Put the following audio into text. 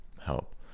help